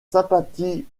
sympathies